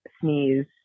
sneeze